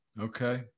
okay